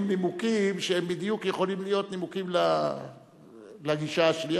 נימוקים שבדיוק יכולים להיות נימוקים לגישה השנייה.